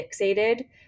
fixated